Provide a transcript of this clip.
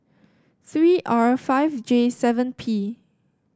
three R five J seven P